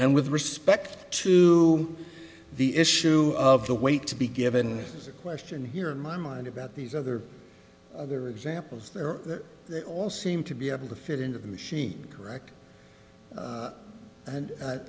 and with respect to the issue of the wait to be given is a question here in my mind about these other other examples there that they all seem to be able to fit into the machine correct and